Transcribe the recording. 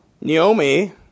Naomi